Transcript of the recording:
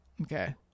Okay